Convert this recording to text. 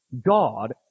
God